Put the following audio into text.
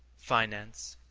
finance,